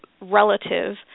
relative